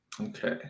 Okay